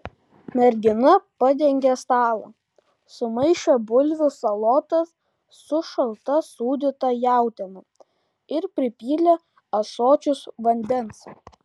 mergina padengė stalą sumaišė bulvių salotas su šalta sūdyta jautiena ir pripylė ąsočius vandens